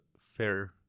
fair